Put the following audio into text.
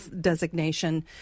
designation